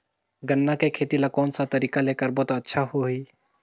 गन्ना के खेती ला कोन सा तरीका ले करबो त अच्छा होही?